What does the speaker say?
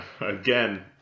again